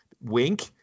wink